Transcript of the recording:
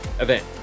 event